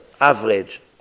average